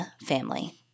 family